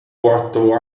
quattro